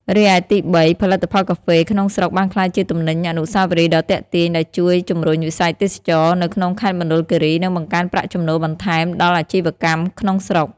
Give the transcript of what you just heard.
រីឯ ទីបី ផលិតផលកាហ្វេក្នុងស្រុកបានក្លាយជាទំនិញអនុស្សាវរីយ៍ដ៏ទាក់ទាញ ដែលជួយ ជំរុញវិស័យទេសចរណ៍ នៅក្នុងខេត្តមណ្ឌលគិរី និងបង្កើនប្រាក់ចំណូលបន្ថែមដល់អាជីវកម្មក្នុងស្រុក។